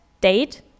date